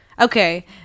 Okay